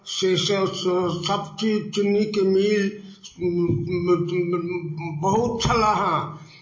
से से सभचीज चीनीके मिल बहुत छलए हँ